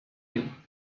you